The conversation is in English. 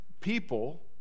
people